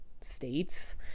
states